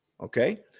okay